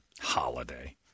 Holiday